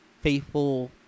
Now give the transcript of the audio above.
faithful